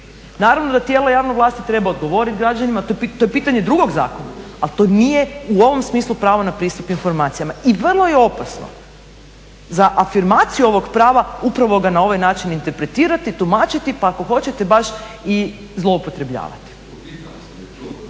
Naravno da tijelo javne vlasti treba odgovoriti građanima, to je pitanje drugog zakona, al to nije u ovom smislu pravno na pristup informacijama i vrlo je opasno za afirmaciju ovog prava upravo ga na ovaj način interpretirati, tumačiti pa ako hoćete baš i zloupotrebljavati.